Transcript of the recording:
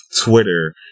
Twitter